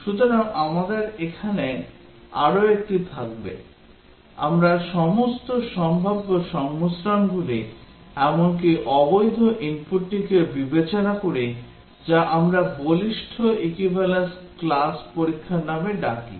সুতরাং আমাদের এখানে আরও একটি থাকবে আমরা সমস্ত সম্ভাব্য সংমিশ্রণগুলি এমনকি অবৈধ ইনপুটটিকেও বিবেচনা করি যা আমরা দৃঢ় বলিষ্ঠ equivalence class পরীক্ষার নামে ডাকি